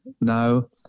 no